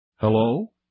Hello